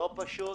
לא פשוט,